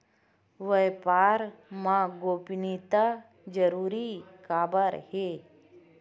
व्यापार मा गोपनीयता जरूरी काबर हे?